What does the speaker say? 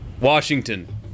Washington